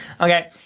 Okay